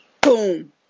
boom